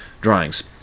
drawings